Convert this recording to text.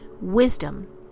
Wisdom